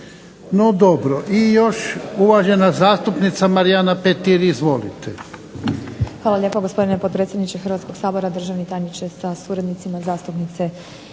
No dobro, i još uvažena zastupnica Marijana Petir. Izvolite.